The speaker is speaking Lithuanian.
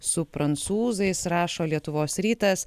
su prancūzais rašo lietuvos rytas